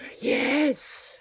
yes